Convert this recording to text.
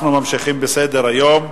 אנחנו ממשיכים בסדר-היום.